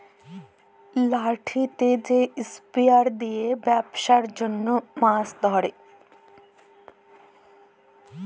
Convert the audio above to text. লাঠিতে যে স্পিয়ার দিয়ে বেপসার জনহ মাছ ধরে